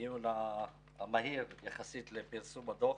הדיון המהיר יחסית לפרסום הדוח.